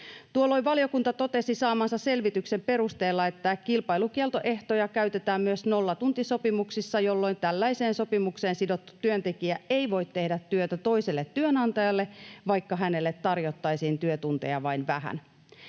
Tuolloin valiokunta totesi saamansa selvityksen perusteella, että kilpailukieltoehtoja käytetään myös nollatuntisopimuksissa, jolloin tällaiseen sopimukseen sidottu työntekijä ei voi tehdä työtä toiselle työnantajalle, vaikka hänelle tarjottaisiin työtunteja vain vähän.